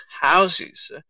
houses